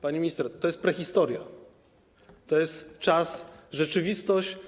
Pani minister, to jest prehistoria, to jest czas, rzeczywistość